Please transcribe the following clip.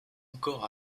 encore